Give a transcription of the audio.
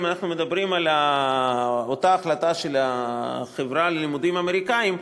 אם אנחנו מדברים על אותה החלטה של החברה ללימודים אמריקניים,